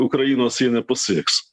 ukrainos jie nepasieks